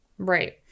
Right